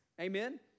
Amen